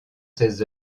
ses